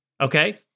okay